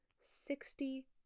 sixty